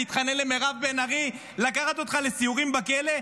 להתחנן למירב בן ארי לקחת אותך לסיורים בכלא?